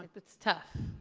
like that's tough,